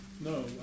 No